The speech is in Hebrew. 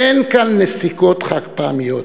אין כאן נסיקות חד-פעמיות.